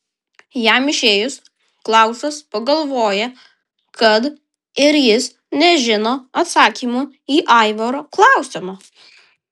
jam išėjus klausas pagalvoja kad ir jis nežino atsakymo į aivaro klausimą